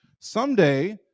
someday